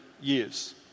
years